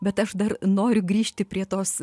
bet aš dar noriu grįžti prie tos